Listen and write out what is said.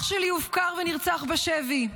אח שלי הופקר ונרצח בשבי.